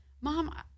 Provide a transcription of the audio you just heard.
Mom